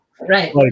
right